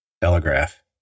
telegraph